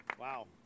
wow